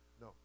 no